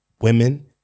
women